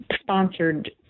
sponsored